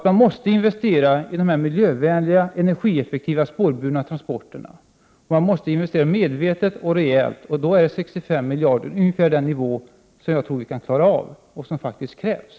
Man måste investera i de miljövänliga, energieffektiva och spårbundna transporterna. Man måste investera medvetet och rejält. Då är 65 miljarder ungefär vad vi kan klara av och vad som faktiskt krävs.